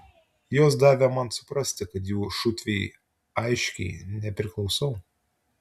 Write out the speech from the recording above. jos davė man suprasti kad jų šutvei aiškiai nepriklausau